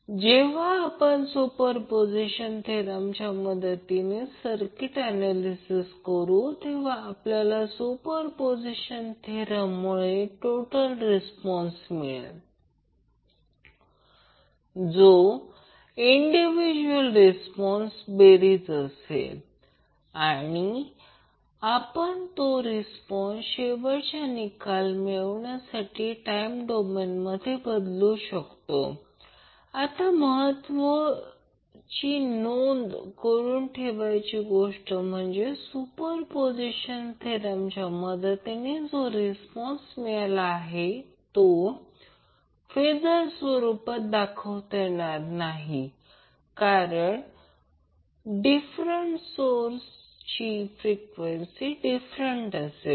तर जेव्हा आपण सुपरपोझिशन थेरमच्या मदतीने सर्किटचे ऍनॅलिसिस करू तेव्हा आपल्याला सुपरपोझिशन थेरममुळे टोटल रिस्पॉन्स मिळेल जो इंडिविजुअल रिस्पॉन्सची बेरीज असेल आणि आपण तो रिस्पॉन्स शेवटचे निकाल मिळवण्यासाठी टाईम डोमेनमध्ये बदलू आता महत्त्वाची नोंद करुन ठेवण्याची गोष्ट म्हणजे सुपरपोझिशन थेरमच्या मदतीने जो रिस्पॉन्स मिळाला आहे तो फेजरच्या स्वरूपात दाखवता येणार नाही कारण डिफ़रंट सोर्सची फ्रिक्वेंसी डिफ़रंट असेल